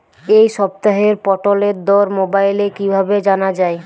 এই সপ্তাহের পটলের দর মোবাইলে কিভাবে জানা যায়?